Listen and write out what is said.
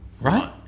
Right